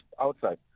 outside